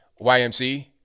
YMC